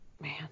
Man